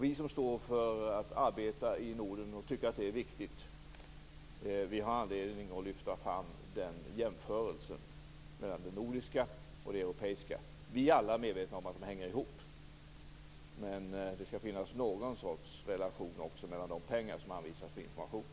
Vi som tycker att det är viktigt att arbeta i Norden har anledning att lyfta fram den jämförelsen - det nordiska och det europeiska. Vi är alla medvetna om att de hänger ihop. Men det skall finnas någon sorts relation med de pengar som anvisas för information.